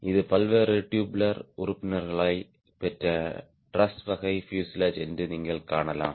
இது பல்வேறு டுபுலார் உறுப்பினர்களைப் பெற்ற டிரஸ் வகை பியூசேலாஜ் என்று நீங்கள் காணலாம்